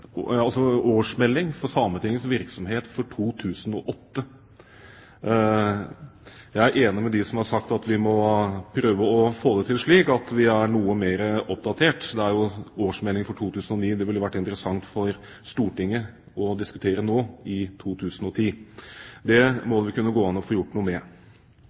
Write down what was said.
altså årsmeldingen for Sametingets virksomhet for 2008. Jeg er enig med dem som har sagt at vi må prøve å få det til slik at vi er noe mer oppdatert. Det er jo årsmeldingen for 2009 det ville vært interessant for Stortinget å diskutere nå i 2010. Det må det kunne gå an å få gjort noe med.